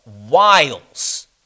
wiles